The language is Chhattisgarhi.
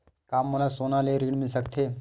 का मोला सोना ले ऋण मिल सकथे?